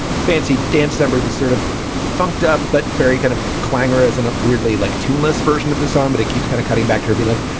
fancy dance number, the sort of funked up, but very kind of clanger and weirdly like tuneless version of the song. but it keeps kind of cutting back. herbie like